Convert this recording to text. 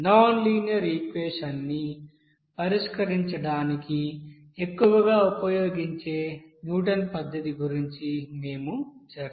non linear equation ని పరిష్కరించడానికి ఎక్కువగా ఉపయోగించే న్యూటన్ పద్ధతి గురించి మేము చర్చిస్తాము